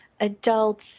adults